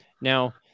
Now